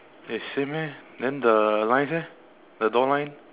eh same eh then the lines eh the door line